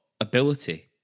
ability